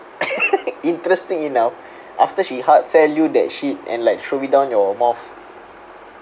interesting enough after she hard sell that shit and like shove it down your mouth